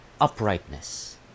uprightness